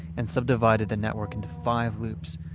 and subdivided the network into five loops,